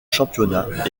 championnat